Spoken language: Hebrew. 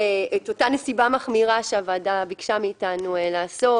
אותה נסיבה מחמירה שהוועדה ביקשה מאיתנו לעשות.